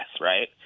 right